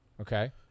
Okay